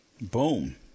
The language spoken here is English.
Boom